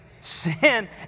sin